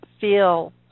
feel